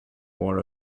war